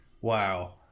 Wow